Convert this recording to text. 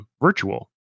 Virtual